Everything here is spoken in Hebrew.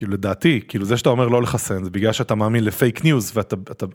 לדעתי, זה שאתה אומר לא לחסן זה בגלל שאתה מאמין לפייק ניוז ואתה...